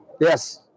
Yes